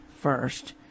first